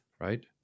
right